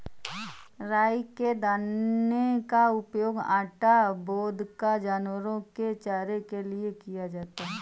राई के दाने का उपयोग आटा, वोदका, जानवरों के चारे के लिए किया जाता है